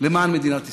למען מדינת ישראל.